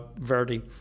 Verdi